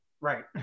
Right